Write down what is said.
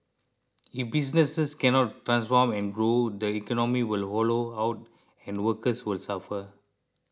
if businesses can not transform and grow the economy will hollow out and workers will suffer